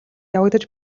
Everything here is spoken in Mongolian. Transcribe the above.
явагдаж